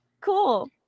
cool